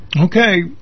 Okay